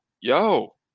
yo